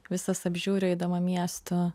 visas apžiūriu eidama miestu